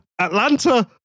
Atlanta